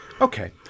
okay